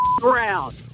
ground